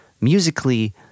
musically